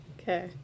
Okay